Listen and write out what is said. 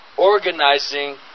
organizing